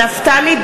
(קוראת בשמות חברי הכנסת) נפתלי בנט,